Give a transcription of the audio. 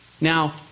Now